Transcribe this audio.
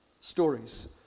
stories